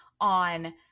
on